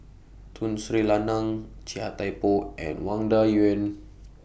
Tun Sri Lanang Chia Thye Poh and Wang Dayuan